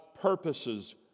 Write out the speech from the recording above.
purposes